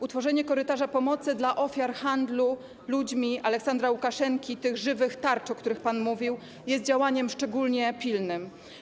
Utworzenie korytarza pomocy dla ofiar handlu ludźmi Aleksandra Łukaszenki, tych żywych tarcz, o których pan mówił, jest działaniem szczególnie pilnym.